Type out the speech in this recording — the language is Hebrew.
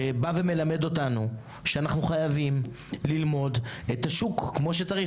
שבא ומלמד אותנו שאנחנו חייבים ללמוד את השוק כמו שצריך,